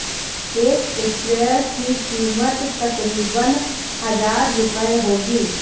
एक स्प्रेयर की कीमत तकरीबन हजार रूपए होगी